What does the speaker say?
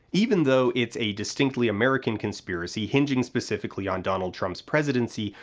even though it's a distinctly american conspiracy, hinging specifically on donald trump's presidency,